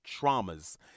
traumas